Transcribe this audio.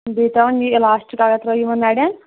بیٚیہِ ترٛاوٕنۍ یہِ اِلاسٹِک اگر ترٛٲیِو یمن نَرٮ۪ن